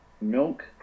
milk